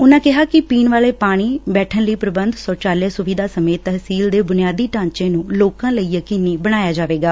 ਉਨ੍ਪਾ ਕਿਹਾ ਕਿ ਪੀਣ ਵਾਲੇ ਪਾਣੀ ਬੈਠਣ ਲਈ ਪ੍ਰੰਬਧ ਪਾਖਾਨਿਆਂ ਦੀ ਸਹੂਲਤ ਸਮੇਤ ਤਹਿਸੀਲ ਦੇ ਬੁਨਿਆਦੀ ਢਾਂਚੇ ਨੂੰ ਲੋਕਾਂ ਲਈ ਯਕੀਨੀ ਬਣਾਇਆ ਜਾਵੇਗਾ